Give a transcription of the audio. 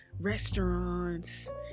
restaurants